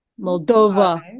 Moldova